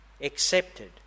accepted